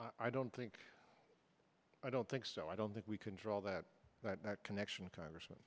i don't think i don't think so i don't think we can draw that connection congressman